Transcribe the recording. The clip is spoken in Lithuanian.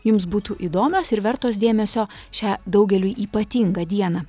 jums būtų įdomios ir vertos dėmesio šią daugeliui ypatingą dieną